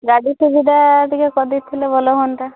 ଗାଡ଼ି ସୁବିଧା ଟିକିଏ କରିଦେଇଥିଲେ ଭଲ ହୁଅନ୍ତା